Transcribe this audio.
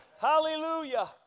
Hallelujah